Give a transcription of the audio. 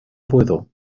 puedo